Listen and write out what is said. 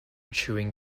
chewing